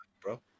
bro